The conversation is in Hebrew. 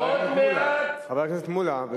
מלמדים, חבר הכנסת, מולה.